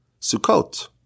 Sukkot